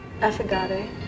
Affogato